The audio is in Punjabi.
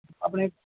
ਆਪਣੇ